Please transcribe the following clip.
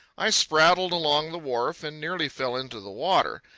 i spraddled along the wharf and nearly fell into the water.